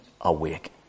awake